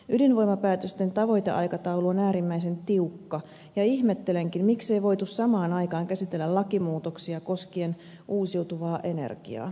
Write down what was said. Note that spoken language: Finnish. ydinvoimapäätösten tavoiteaikataulu on äärimmäisen tiukka ja ihmettelenkin miksei voitu samaan aikaan käsitellä lakimuutoksia koskien uusiutuvaa energiaa